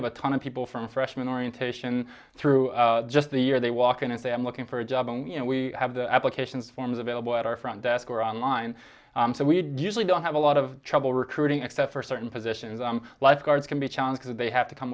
have a ton of people from freshman orientation through just a year they walk in and say i'm looking for a job and you know we have the applications forms available at our front desk or online so we usually don't have a lot of trouble recruiting except for certain positions lifeguards can be a challenge because they have to come